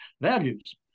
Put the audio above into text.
values